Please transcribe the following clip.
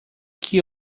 que